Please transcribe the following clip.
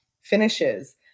finishes